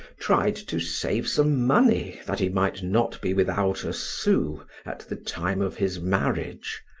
tried to save some money that he might not be without a sou at the time of his marriage,